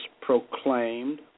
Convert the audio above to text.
proclaimed